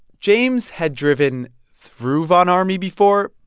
james had driven through von ormy before,